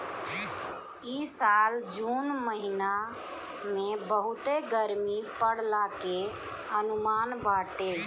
इ साल जून महिना में बहुते गरमी पड़ला के अनुमान बाटे